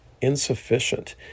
insufficient